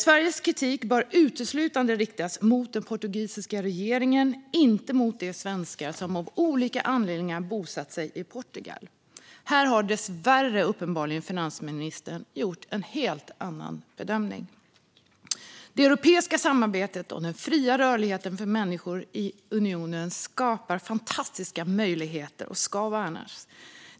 Sveriges kritik bör uteslutande riktas mot den portugisiska regeringen och inte mot de svenskar som av olika anledningar bosatt sig i Portugal. Här har dessvärre finansministern gjort en helt annan bedömning. Det europeiska samarbetet och den fria rörligheten för människor i unionen skapar fantastiska möjligheter och ska värnas.